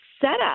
setup